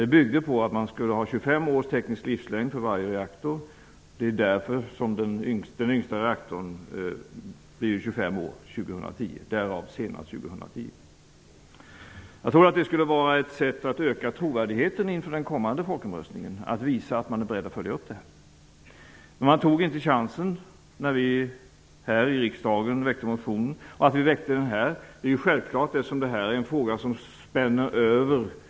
Den byggde på att den tekniska livslängden för varje reaktor skulle vara 25 år. Den nyaste reaktorn blir Det vore ett sätt att öka trovärdigheten inför den kommande folkomröstningen, att visa att man är beredd att följa upp den förra folkomröstningens beslut. Men man tog inte chansen när vi i riksdagen väckte en motion. Det är självklart att vi väckte motionen här i riksdagen, eftersom detta är en fråga som spänner över hela fältet.